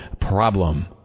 problem